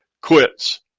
quits